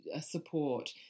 support